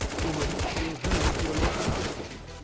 woman, go home to your lawful husband.